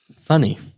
funny